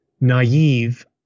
naive